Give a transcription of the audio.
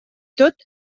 tot